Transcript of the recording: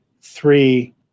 three –